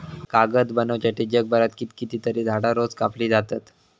कागद बनवच्यासाठी जगभरात कितकीतरी झाडां रोज कापली जातत